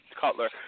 Cutler